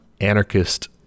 anarchist